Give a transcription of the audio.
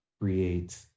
create